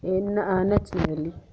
नच्चने गी